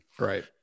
right